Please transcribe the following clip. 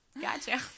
Gotcha